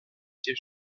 ses